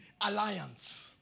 alliance